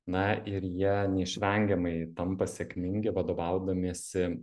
na ir jie neišvengiamai tampa sėkmingi vadovaudamiesi